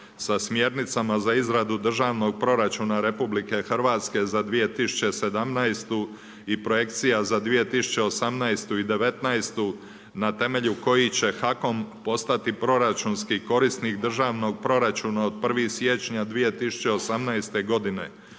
sa smjernicama za izradu Državnog proračuna RH za 2017. i projekcija za 2018. i 2019. na temelju kojih će HAKOM postati proračunski korisnik državnog proračuna od 1. siječnja 2018. godine